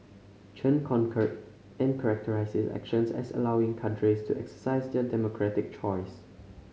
Chen concurred and characterised his actions as allowing cadres to exercise their democratic choice